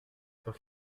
peur